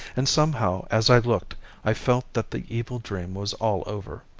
and somehow as i looked i felt that the evil dream was all over.